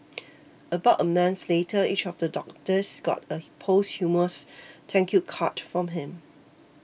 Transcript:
about a month later each of the doctors got a posthumous thank you card from him